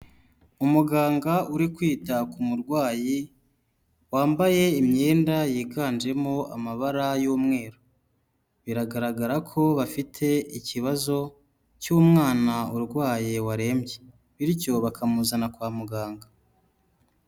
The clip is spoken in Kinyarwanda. Umuganga uri kwita ku murwayi, wambaye imyenda yiganjemo amabara y'umweru. Biragaragara ko bafite ikibazo cy'umwana urwaye warembye, bityo bakamuzana kwa muganga.